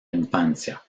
infancia